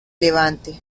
levante